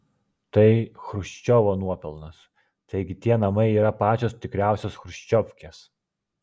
tai chruščiovo nuopelnas taigi tie namai yra pačios tikriausios chruščiovkės